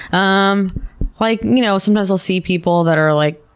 um like you know sometimes we'll see people that are, like,